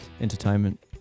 entertainment